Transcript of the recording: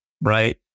right